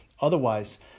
Otherwise